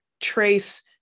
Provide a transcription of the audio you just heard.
trace